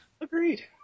Agreed